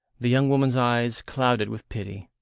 the young woman's eyes clouded with pity.